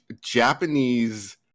Japanese